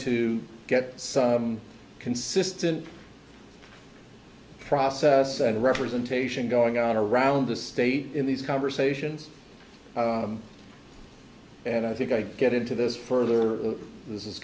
to get some consistent process and representation going on around the state in these conversations and i think i get into this further